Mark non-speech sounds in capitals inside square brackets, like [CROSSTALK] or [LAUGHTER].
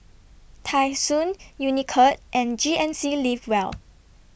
Tai Sun Unicurd and G N C Live Well [NOISE]